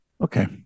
Okay